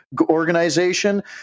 organization